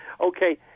Okay